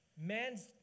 Man's